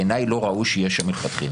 בעיניי לא ראוי שיהיה שופט.